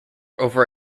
over